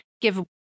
give